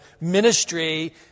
ministry